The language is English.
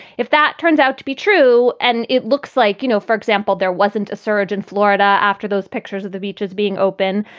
if that turns out to be true and it looks like, you know, for example, there wasn't a surge in florida after those pictures of the beaches being open,